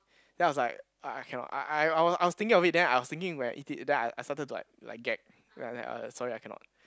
then I was like I I cannot I I I was thinking of it then I was thinking when I eat it then I I started to like like gag like that ah sorry I cannot